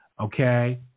Okay